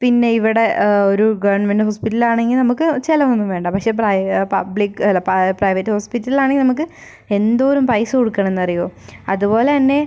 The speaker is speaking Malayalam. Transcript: പിന്നെ ഇവിടെ ഒരു ഗവൺമെൻറ് ഹോസ്പിറ്റൽ ആണെങ്കിൽ നമുക്ക് ചിലവൊന്നും വേണ്ട പക്ഷേ പ്രൈ പബ്ലിക് അല്ല പ്രൈവറ്റ് ഹോസ്പിറ്റൽ ആണെങ്കിൽ നമുക്ക് എന്തോരം പൈസ കൊടുക്കണം എന്ന് അറിയുമോ അതുപോലെ തന്നെ